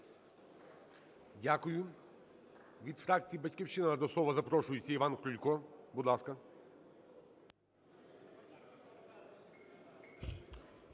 Дякую. Від фракції "Батьківщина" до слова запрошується Іван Крулько. Будь ласка.